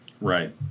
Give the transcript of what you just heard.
Right